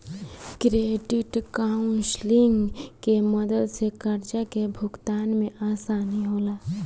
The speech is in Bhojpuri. क्रेडिट काउंसलिंग के मदद से कर्जा के भुगतान में आसानी होला